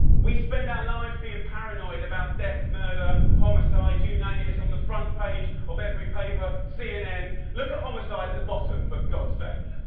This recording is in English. we spend our lives being paranoid about death, murder, homicide, you name it it's on the front page of every paper, cnn. look at homicide at the bottom, for god's sake.